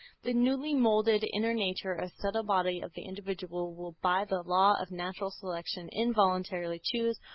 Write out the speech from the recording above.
the newly moulded inner nature or ah subtle body of the individual will by the law of natural selection involuntarily choose,